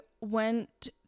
went